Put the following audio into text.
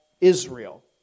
Israel